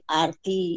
arti